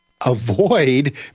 avoid